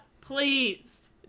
Please